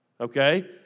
okay